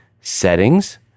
Settings